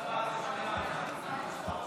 סעיפים 1 9 נתקבלו.